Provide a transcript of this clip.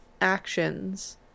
actions